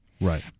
Right